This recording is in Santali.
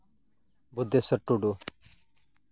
ᱵᱩᱫᱽᱫᱷᱮᱥᱥᱚᱨ ᱴᱩᱰᱩ